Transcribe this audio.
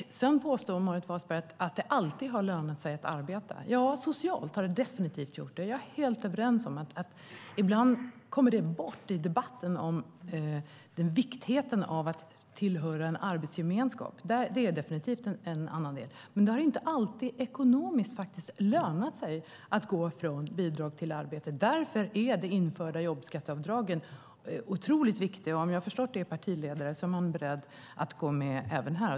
Sedan påstår Meeri Wasberg att det alltid har lönat sig att arbeta. Socialt har det definitivt gjort det. Jag är helt överens med dig om det. Ibland kommer vikten av att tillhöra en arbetsgemenskap bort i debatten. Det är definitivt en annan del. Men det har inte alltid lönat sig ekonomiskt att gå från bidrag till arbete. Därför är de införda jobbskatteavdragen otroligt viktiga. Om jag har förstått er partiledare rätt är han beredd att gå med även här.